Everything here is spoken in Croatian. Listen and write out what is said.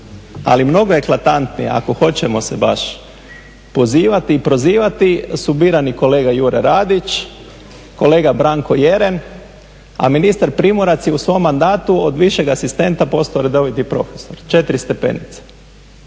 ali mnogo … ako hoćemo se baš pozivati i prozivati su birani kolega Jura Radić, kolega Branko Jerem, a ministar Primorac je u svom mandatu od višega asistenta postao redoviti profesor, četiri stepenice.